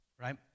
right